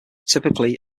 typically